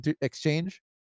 exchange